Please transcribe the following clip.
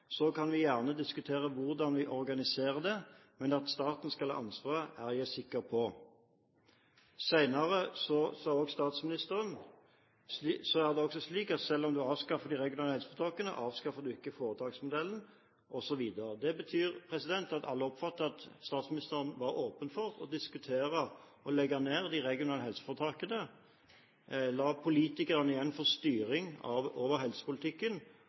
kan vi gjerne diskutere hvordan vi organiserer det, men at staten skal ha ansvaret, er jeg sikker på.» Senere sa statsministeren: «Så er det også slik at selv om du avskaffer de regionale helseforetakene, avskaffer du ikke foretaksmodellen.» Det betyr at alle oppfattet at statsministeren var åpen for å diskutere nedleggelse av de regionale helseforetakene, å la politikerne igjen få styring over helsepolitikken,